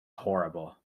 horrible